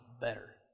better